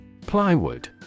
Plywood